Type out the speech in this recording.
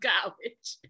College